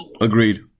Agreed